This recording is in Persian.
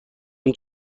اون